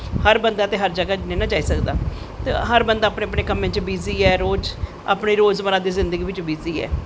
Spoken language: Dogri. हर बंदा ते हर जगाह् ते नेंई ना जाई सकदा ते हर बंदा अपनें अपनें कम्में च बिज़ि ऐ रोज़ अपनी रोज़ मरा दी जिन्दगी बिच्च बिज़ी ऐ